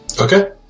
Okay